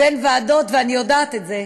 ואני יודעת את זה.